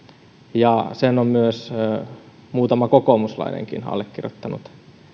ja sen on muutama kokoomuslainenkin allekirjoittanut